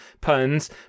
puns